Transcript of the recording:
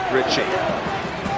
Richie